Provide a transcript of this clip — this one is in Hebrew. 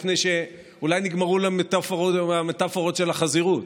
שהמדינה הזאת והממשלה הזאת מחליטה כנראה להמשיך באותה